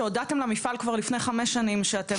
שהודעתם למפעל כבר לפני חמש שנים שאתם